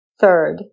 Third